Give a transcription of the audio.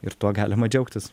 ir tuo galima džiaugtis